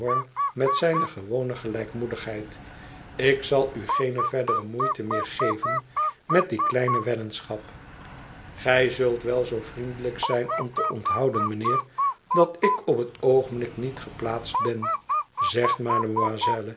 met zijne gewone gelijkmoedigheid ik zal u geene verdere moeite meer geven met die kleine weddenschap gij zult wel zoo vriendelijk zijn om te onthouden mijnheer dat ik op het oogenblik niet geplaatst ben zegt mademoiselle